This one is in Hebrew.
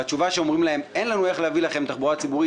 ואומרים להם: אין לנו איך להביא להם תחבורה ציבורית,